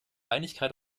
einigkeit